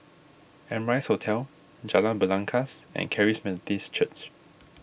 Amrise Hotel Jalan Belangkas and Charis Methodist Church